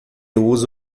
usa